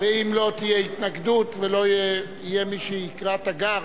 ואם לא תהיה התנגדות ולא יהיה מי שיקרא תיגר